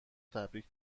تبریک